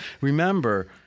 Remember